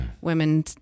women